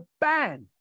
ban